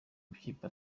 makipe